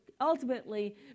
ultimately